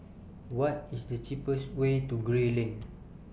What IS The cheapest Way to Gray Lane